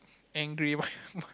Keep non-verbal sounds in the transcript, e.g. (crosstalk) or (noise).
angry (laughs)